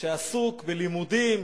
שעסוק בלימודים